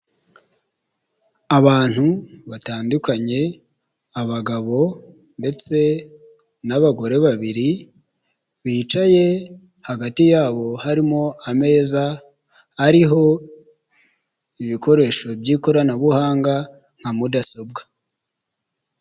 Abantu batandukanye abagabo ndetse n'abagore babiri bicaye, hagati yabo harimo ameza ariho ibikoresho by'ikoranabuhanga nka mudasobwa.